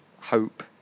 hope